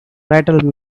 rattled